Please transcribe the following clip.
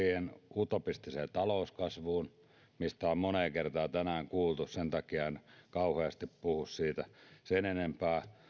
utopistiseen talouskasvuun mistä on moneen kertaan tänään kuultu sen takia en kauheasti puhu siitä sen enempää